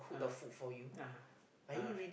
(uh huh) (uh huh) (uh huh)